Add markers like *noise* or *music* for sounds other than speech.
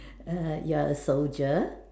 *noise* you're a soldier